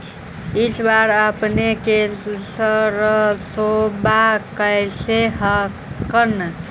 इस बार अपने के सरसोबा कैसन हकन?